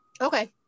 Okay